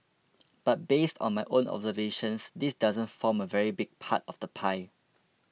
but based on my own observations this doesn't form a very big part of the pie